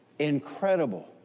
incredible